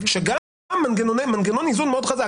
גם זה מנגנון איזון מאוד חזק.